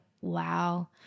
wow